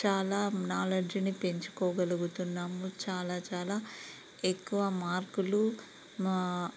చాలా నాలెడ్జ్ని పెంచుకోగలుగుతున్నాము చాలా చాలా ఎక్కువ మార్కులు